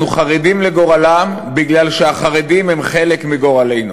אנחנו חרדים לגורלם מפני שהחרדים הם חלק מגורלנו.